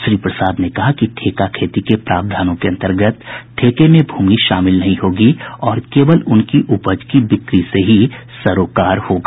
श्री प्रसाद ने कहा कि ठेका खेती के प्रावधानों के अन्तर्गत ठेके में भूमि शामिल नहीं होगी और केवल उनकी उपज की बिक्री से ही सरोकार होगा